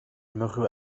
mourut